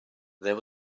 there